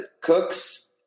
cooks